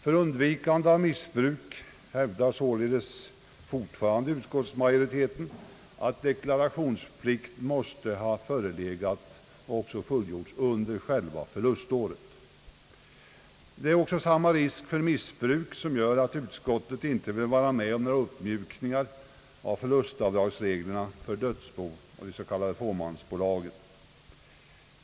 För undvikande av missbruk hävdar således utskottsmajoriteten fortfarande, att deklarationsplikt måste ha förelegat och även fullgjorts under själva förluståret. Det är samma risk för missbruk som gör att utskottet inte vill vara med om några uppmjukningar av förlustavdragsreglerna för dödsbo och de s.k. fåmansbolagen.